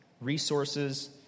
resources